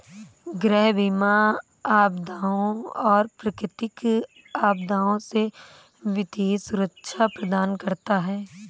गृह बीमा आपदाओं और प्राकृतिक आपदाओं से वित्तीय सुरक्षा प्रदान करता है